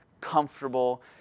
comfortable